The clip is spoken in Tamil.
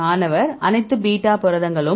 மாணவர் அனைத்து பீட்டா புரதங்களும்